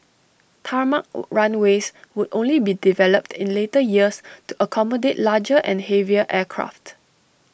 tarmac runways would only be developed in later years to accommodate larger and heavier aircraft